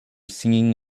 singing